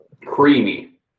creamy